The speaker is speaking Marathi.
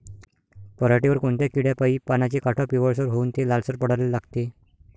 पऱ्हाटीवर कोनत्या किड्यापाई पानाचे काठं पिवळसर होऊन ते लालसर पडाले लागते?